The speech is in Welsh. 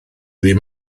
ddim